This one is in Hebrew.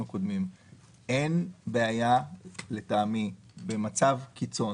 אין בעיה, לטעמי, במצב קיצון